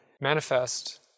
manifest